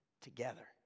together